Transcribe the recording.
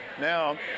Now